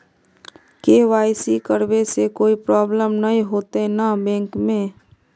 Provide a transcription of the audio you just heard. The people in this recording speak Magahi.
के.वाई.सी करबे से कोई प्रॉब्लम नय होते न बैंक में?